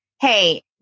hey